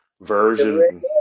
version